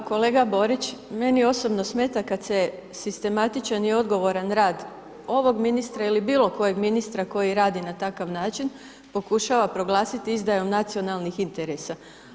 Pa kolega Borić, meni osobno smeta kada se sistematičan i odgovoran rad ovog ministra ili bilo kojeg ministra koji radi na takav način pokušava proglasiti izdajom nacionalnih interesa.